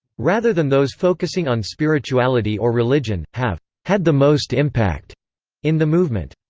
rather than those focusing on spirituality or religion, have had the most impact in the movement.